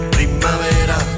Primavera